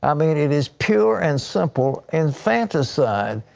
i mean it is pure and simple infanticide.